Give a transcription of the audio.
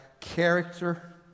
character